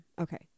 Okay